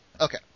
Okay